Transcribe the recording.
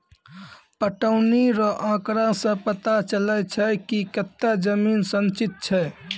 पटौनी रो आँकड़ा से पता चलै छै कि कतै जमीन सिंचित छै